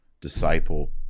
disciple